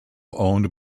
owned